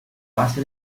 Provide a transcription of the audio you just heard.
base